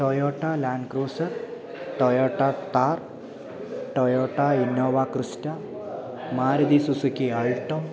Toyota land cruiser Toyota Thar Toyota Innova Crysta Maruti Suzuki alto